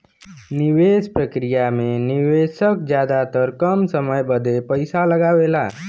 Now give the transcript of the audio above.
निवेस प्रक्रिया मे निवेशक जादातर कम समय बदे पइसा लगावेला